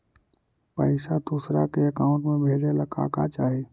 पैसा दूसरा के अकाउंट में भेजे ला का का चाही?